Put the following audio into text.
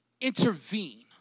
intervene